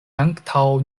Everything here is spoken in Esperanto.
antaŭ